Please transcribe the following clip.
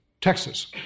Texas